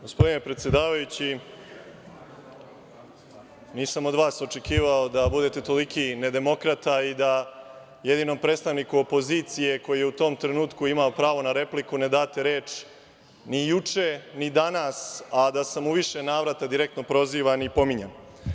Gospodine predsedavajući, nisam od vas očekivao da budete toliki nedemokrata i da jedinom predstavniku opozicije koji je u tom trenutku imao pravo na repliku ne date reč ni juče ni danas, a da sam u više navrata direktno prozivan i pominjan.